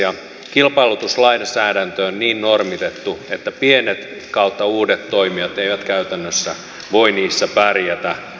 kilpailutuslainsäädäntö on niin normitettu että pienet tai uudet toimijat eivät käytännössä voi niissä pärjätä